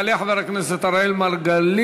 יעלה חבר הכנסת אראל מרגלית,